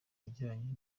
bijyanye